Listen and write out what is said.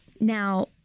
Now